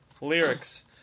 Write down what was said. lyrics